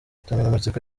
insanganyamatsiko